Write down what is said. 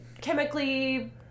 chemically